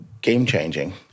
game-changing